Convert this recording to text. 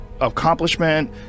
accomplishment